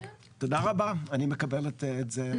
תודה רבה, אני מקבל את זה.